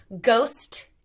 Ghost